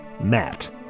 Matt